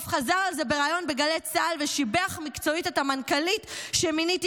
הוא אף חזר על זה בריאיון בגלי צה"ל ושיבח מקצועית את המנכ"לית שמיניתי,